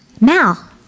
Mal